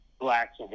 blacks